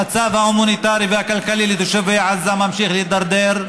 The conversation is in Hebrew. המצב ההומניטרי והכלכלי של תושבי עזה ממשיך להידרדר,